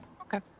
Okay